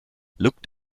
looked